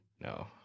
No